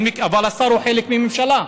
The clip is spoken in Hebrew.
אבל השר הוא חלק מממשלה.